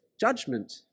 judgment